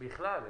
בכלל.